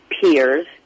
peers